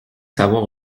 savoir